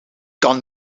kan